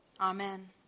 Amen